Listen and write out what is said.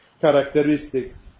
characteristics